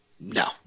No